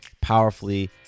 powerfully